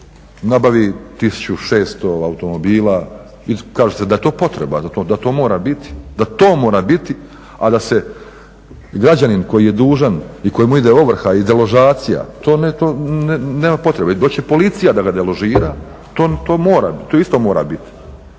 nabavi 1600 automobila. Kažete da je to potreba, da to mora biti, a da se građanin koji je dužan i kojemu ide ovrha i deložacija to nema potrebe. Doći će policija da ga deložira, to isto mora biti.